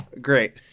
great